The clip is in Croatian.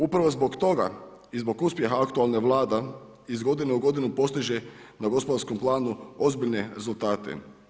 Upravo zbog toga i zbog uspjeha aktualne Vlade iz godine u godine postiže na gospodarskom planu ozbiljne rezultate.